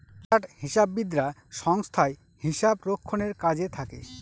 chartered হিসাববিদরা সংস্থায় হিসাব রক্ষণের কাজে থাকে